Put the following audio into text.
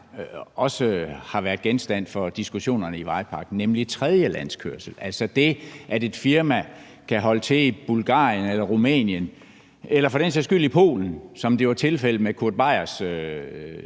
vejen har været genstand for diskussionerne i vejpakken, nemlig tredjelandskørsel, hvor et firma kan holde til i Bulgarien eller Rumænien eller for den sags skyld i Polen, som det var tilfældet med Kurt Beiers